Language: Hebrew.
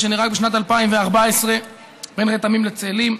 שנהרג בשנת 2014 בין רתמים לצאלים,